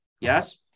Yes